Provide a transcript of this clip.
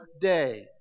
day